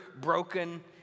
broken